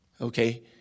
Okay